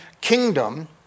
kingdom